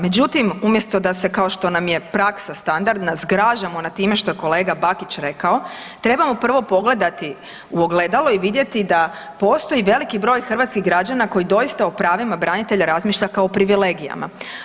Međutim, umjesto da se kao što nam je praksa standardna zgražamo nad time što je kolega Bakić rekao, trebamo prvo pogledati u ogledalo i vidjeti da postoji veliki broj hrvatskih građana koji doista o pravima branitelja razmišlja kao privilegijama.